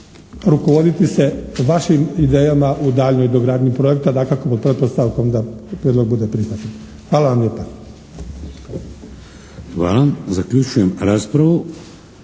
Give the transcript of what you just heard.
rukovoditi se vašim idejama u daljnjoj dogradnji projekta, dakako pod pretpostavkom da prijedlog bude prihvaćen. Hvala vam lijepa. **Šeks, Vladimir (HDZ)** Hvala. Zaključujem raspravu.